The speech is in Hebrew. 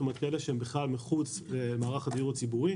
כלומר אלה שהם בכלל מחוץ למערך הדיור הציבורי.